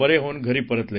बरे होऊन घरी परतले